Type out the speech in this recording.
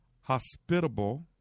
hospitable